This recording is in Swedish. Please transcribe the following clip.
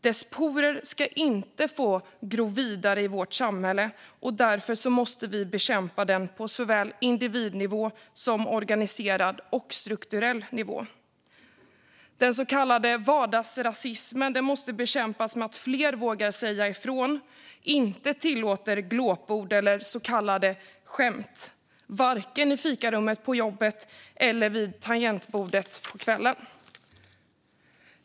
Dess sporer ska inte få gro vidare i vårt samhälle, och därför måste vi bekämpa den på såväl individnivå som organiserad och strukturell nivå. Den så kallade vardagsrasismen måste bekämpas genom att fler vågar säga ifrån och inte tillåter glåpord eller så kallade skämt vare sig i fikarummet på jobbet eller vid tangentbordet på kvällen.